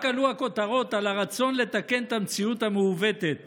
רק עלו הכותרות על הרצון לתקן את המציאות המעוותת